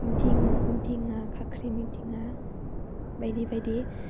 दिङा खाख्रिनि दिङा बायदि बायदि